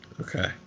okay